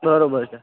બરાબર છે